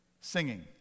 Singing